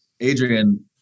Adrian